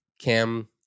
Cam